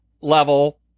level